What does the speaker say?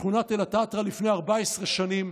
שכונת אל-עטטרה לפני 14 שנים,